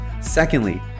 Secondly